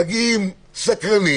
מגיעים סקרנים